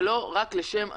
ולא רק לשם הדיון.